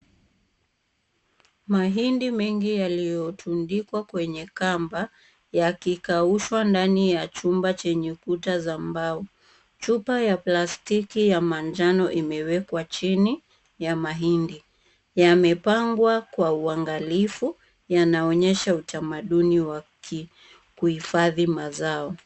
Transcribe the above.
Mahindi mengi yaliyotundikwa kwenye kamba, yakikaushwa ndani ya chumba chenye kuta za mbao. Chupa ya plastiki ya manjano imewekwa chini ya mahindi. Yamepangwa kwa uangalifu. Yanaonyesha utamaduni wa kuhifadhi mazao.